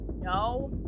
No